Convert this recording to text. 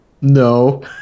No